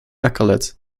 accolades